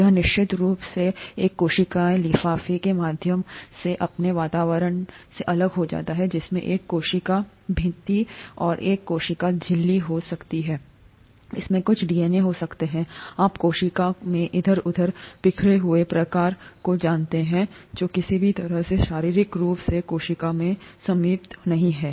यह निश्चित रूप से एक कोशिकीय लिफाफे के माध्यम से अपने वातावरण से अलग हो जाता है जिसमें एक कोशिका भित्ति और एक कोशिका झिल्ली हो सकती है इसमें कुछ डीएनए हो सकते हैं आप कोशिका में इधर उधर बिखरे हुए प्रकार को जानते हैं जो किसी भी तरह से शारीरिक रूप से कोशिका में सीमित नहीं है